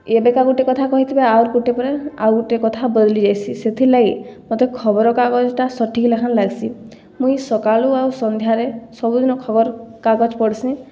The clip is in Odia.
ଏବେକା ଗୋଟେ କଥା କହିଥିବା ଆଉର ଗୋଟେ ପରେ ଆଉ ଗୋଟେ କଥା ବଦ୍ଲି ଯାଏସି ସେଥିର୍ଲାଗି ମତେ ଖବର୍କାଗଜଟା ସଠିକ୍ ଲେଖାଁ ଲାଗ୍ସି ମୁଇଁ ସକାଲୁ ଆଉ ସନ୍ଧ୍ୟାରେ ସବୁ ଦିନ ଖବର୍କାଗଜ୍ ପଢ଼୍ସିଁ